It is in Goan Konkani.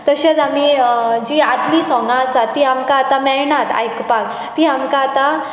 तशेंच आमी जीं आदलीं सोंगां आसात तीं आमकां आतां मेळणात आयकपाक तीं आमकां आतां